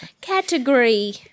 Category